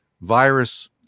virus